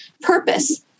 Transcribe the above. purpose